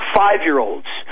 five-year-olds